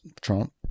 Trump